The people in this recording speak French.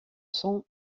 son